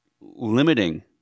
limiting